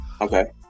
Okay